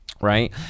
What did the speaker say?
right